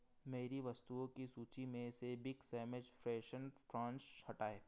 मेरी वस्तुओं की सूची में से बिग सैमस फ्रोजेन प्रॉन्स हटाएँ